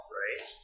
right